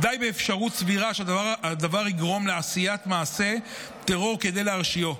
די באפשרות סבירה שהדבר יגרום לעשיית מעשה טרור כדי להרשיעו.